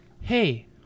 hey